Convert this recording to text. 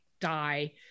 die